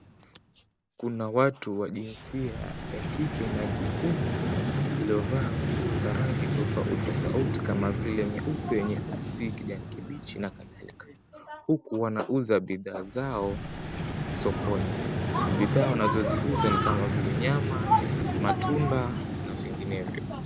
Kuna watu wa jinsia ya kike na ya kiume waliovaa nguo za rangi tofauti kama vile nyeupe, nyeusi, kijani kibichi na kadhalika huku wanauza bidhaa zao sokoni. Bidhaa wanazoziuza ni kama vile nyama, matunda na vinginevyo.